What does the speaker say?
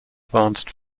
advanced